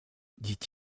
dit